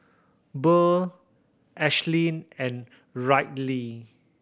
Burr Ashlynn and Ryley